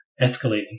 escalating